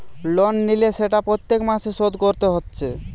loan লিলে সেটা প্রত্যেক মাসে শোধ কোরতে হচ্ছে